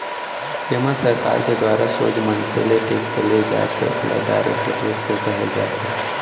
जेमा सरकार के दुवारा सोझ मनसे ले टेक्स ले जाथे ओला डायरेक्ट टेक्स कहे जाथे